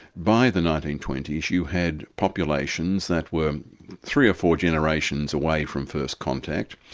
by the nineteen twenty s you had populations that were three or four generations away from first contact.